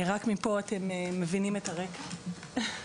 רק מפה אתם מבינים את הרקע שלי.